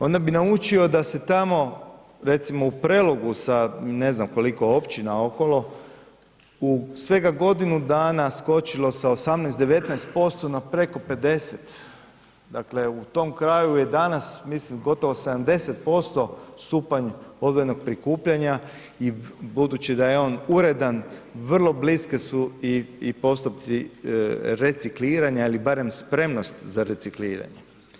Onda bi naučio da se tamo recimo u Prelogu sa ne znam koliko općina okolo, u svega godinu dana skočilo sa 18, 19% na preko 50 dakle u tom kraju je danas mislim gotovo 70% stupanj odvojenog prikupljanja i budući da je on uredan, vrlo bliske su i postupci recikliranja ili barem spremnost za recikliranje.